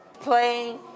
playing